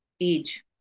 Age